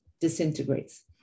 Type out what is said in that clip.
disintegrates